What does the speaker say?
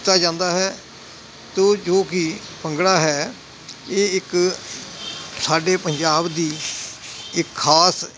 ਕੀਤਾ ਜਾਂਦਾ ਹੈ ਤੋ ਜੋ ਕਿ ਭੰਗੜਾ ਹੈ ਇਹ ਇੱਕ ਸਾਡੇ ਪੰਜਾਬ ਦੀ ਇਕ ਖ਼ਾਸ